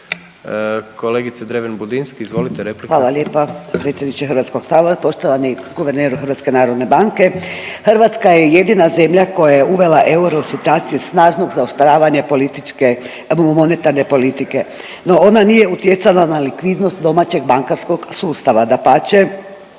Hvala lijepa predsjedniče HS. Poštovani guverneru HNB-a, Hrvatska je jedina zemlja koja je uvela euro…/Govornik se ne razumije/…snažnog zaoštravanja političke, monetarne politike, no ona nije utjecala na likvidnost domaćeg bankarskog sustava, dapače